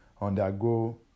undergo